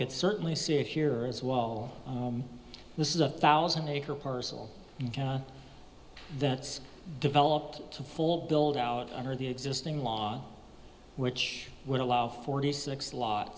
could certainly see it here as well this is a thousand acre parcel that's developed to full build out under the existing law which would allow forty six lot